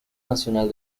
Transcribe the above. nacional